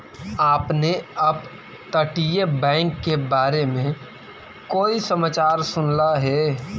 आपने अपतटीय बैंक के बारे में कोई समाचार सुनला हे